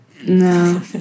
No